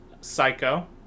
Psycho